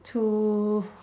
to